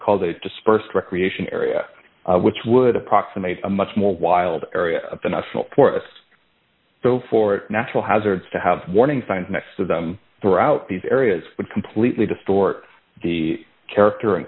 called a dispersed recreation area which would approximate a much more wild area of the national forest for natural hazards to have warning signs next to them throughout these areas completely distort the character and